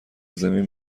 زمین